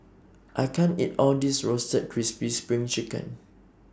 I can't eat All of This Roasted Crispy SPRING Chicken